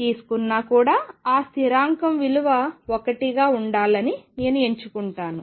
తీసుకున్నా కూడా ఆ స్థిరాంకం విలువ ఒకటిగా ఉండాలని నేను ఎంచుకుంటాను